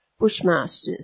bushmasters